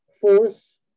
force